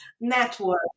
network